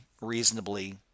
reasonably